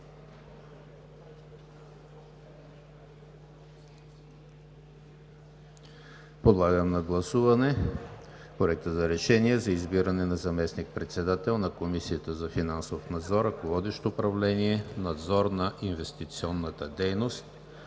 Подлагам на гласуване Проекта на решение за избиране на заместник-председател на Комисията за финансов надзор, ръководещ направление „Надзор на инвестиционната дейност“